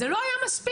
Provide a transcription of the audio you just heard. זה לא היה מספיק,